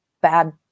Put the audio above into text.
bad